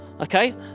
Okay